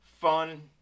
fun